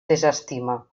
desestima